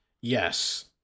Yes